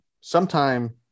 Sometime